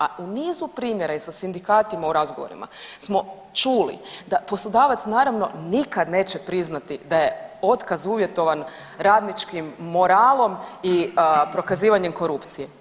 A u nizu primjera i sa sindikatima u razgovorima smo čuli da poslodavac naravno nikad neće priznati da je otkaz uvjetovan radničkim moralom i prokazivanjem korupcije.